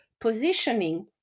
positioning